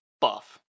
buff